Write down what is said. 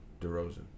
DeRozan